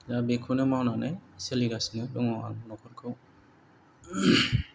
दा बेखौनो मावनानै सोलिगासिनो दङ आं न'खरखौ